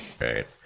Right